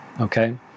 okay